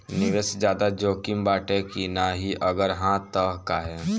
निवेस ज्यादा जोकिम बाटे कि नाहीं अगर हा तह काहे?